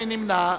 מי נמנע?